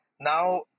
Now